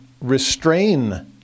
restrain